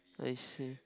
I see